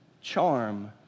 Charm